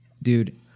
Dude